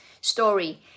story